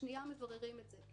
בשנייה אנחנו מבררים את זה.